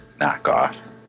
knockoff